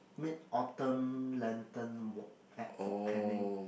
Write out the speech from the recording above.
Mid Autumn lantern walk at Fort-Canning